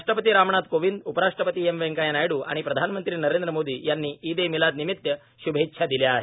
राष्ट्रपती रामनाथ कोंविद उपराष्ट्रपती एम व्यंकय्या नायड् आणि प्रधानमंत्री नरेंद्र मोदी यांनी ईद ए मिलाद निमित शुभेच्छा दिल्या आहेत